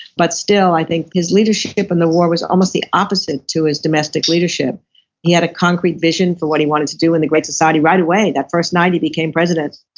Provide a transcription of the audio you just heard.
but still i think his leadership and in war was almost the opposite to his domestic leadership he had a concrete vision for what he wanted to do in the great society right away, that first night he became president,